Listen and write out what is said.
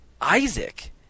Isaac